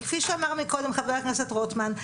כפי שאמר מקודם חבר הכנסת רוטמן,